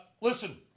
listen